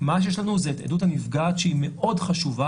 מה שיש לנו זה את עדות הנפגעת שהיא מאוד חשובה,